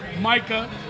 Micah